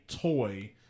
toy